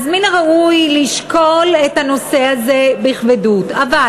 אז מן הראוי לשקול את הנושא הזה בכובד ראש.